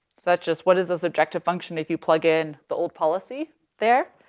so that's just what is this objective function if you plug in the old policy there,